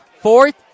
Fourth